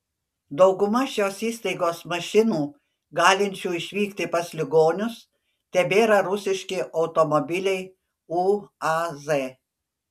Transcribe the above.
dauguma šios įstaigos mašinų galinčių išvykti pas ligonius tebėra rusiški automobiliai uaz